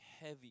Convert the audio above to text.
heavy